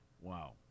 Wow